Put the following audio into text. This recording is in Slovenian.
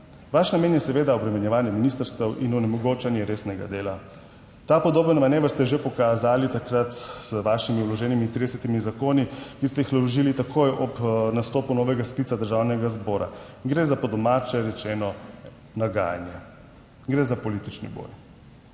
Vaš namen je seveda obremenjevanje ministrstev in onemogočanje resnega dela. Ta podoben manever ste že pokazali takrat z vašimi vloženimi 30 zakoni, ki ste jih vložili takoj ob nastopu novega sklica Državnega zbora. Gre za po domače rečeno nagajanje, gre za politični boj.